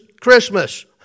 Christmas